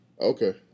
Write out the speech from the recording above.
okay